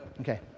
okay